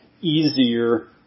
easier